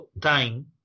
time